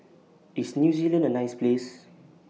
IS New Zealand A nice Place